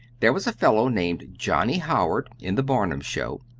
there was a fellow named johnnie howard in the barnum show.